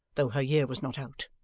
though her year was not out.